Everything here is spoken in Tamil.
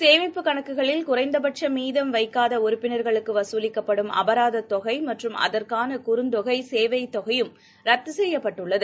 சேமிப்புக் கணக்குகளில் குறைந்தபட்சமீதம் வைக்காதஉறுப்பினர்களுக்குவசூலிக்கப்படும் அபராதத் தொகைமற்றும் அகுற்கானகுறுந்தொகைசேவைத் தொகையும் ரத்துசெய்யப்பட்டுள்ளது